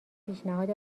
پیشنهاد